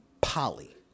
Polly